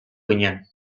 ginen